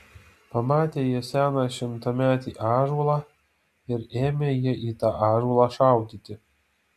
pamatė jie seną šimtametį ąžuolą ir ėmė jie į tą ąžuolą šaudyti